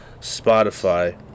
Spotify